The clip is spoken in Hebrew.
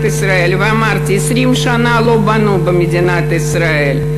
ישראל ואמרתי: 20 שנה לא בנו במדינת ישראל,